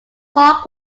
hawk